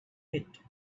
pit